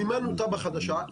מימנו תב"ע חדשה,